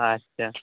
ଆଚ୍ଛା